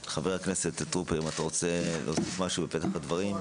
ח"כ טרופר אם אתה רוצה להוסיף משהו בפתח הדברים.